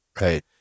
Right